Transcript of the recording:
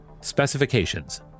Specifications